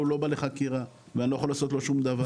הוא לא בא לחקירה ואני לא יכול לעשות לו שום דבר.